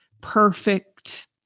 perfect